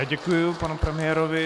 Děkuji panu premiérovi.